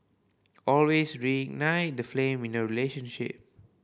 always reignite the flame in your relationship